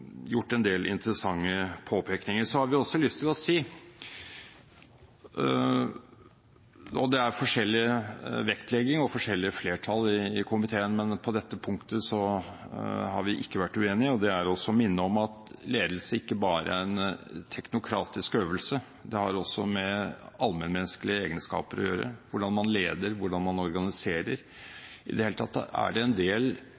Det er forskjellig vektlegging og forskjellige flertall i komiteen, men på dette punktet har vi ikke vært uenige: Vi vil minne om at ledelse ikke bare er en teknokratisk øvelse. Det har også med allmennmenneskelige egenskaper å gjøre, hvordan man leder, hvordan man organiserer. Det er i det hele tatt en del